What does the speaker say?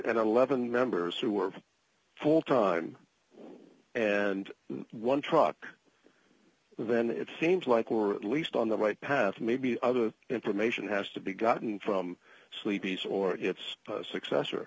and eleven members who are full time and one truck then it seems like we're at least on the right path maybe other information has to be gotten from sleepy's or its successor